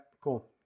Cool